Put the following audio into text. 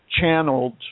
channeled